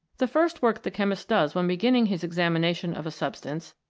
the first work the chemist does when beginning his examination of a substance,